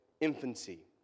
infancy